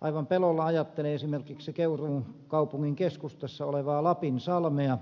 aivan pelolla ajattelen esimerkiksi keuruun kaupungin keskustassa olevaa lapinsalmea